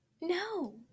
No